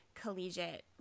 collegiate